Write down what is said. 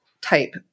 type